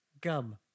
Gum